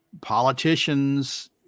politicians